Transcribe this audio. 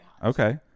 Okay